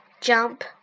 jump